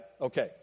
Okay